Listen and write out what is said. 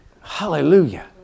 Hallelujah